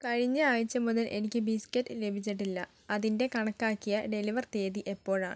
കഴിഞ്ഞ ആഴ്ച മുതൽ എനിക്ക് ബിസ്ക്കറ്റ് ലഭിച്ചിട്ടില്ല അതിൻ്റെ കണക്കാക്കിയ ഡെലിവർ തീയതി എപ്പോഴാണ്